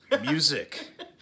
Music